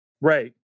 Right